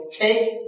take